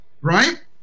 right